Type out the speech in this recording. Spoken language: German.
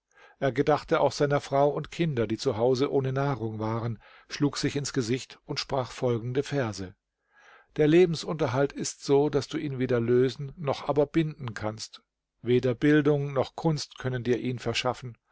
er gedachte auch seiner frau und kinder die zu hause ohne nahrung waren schlug sich ins gesicht und sprach folgende verse der lebensunterhalt ist so daß du ihn weder lösen noch aber binden kannst weder bildung noch kunst können dir ihn verschaffen